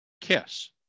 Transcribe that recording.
kiss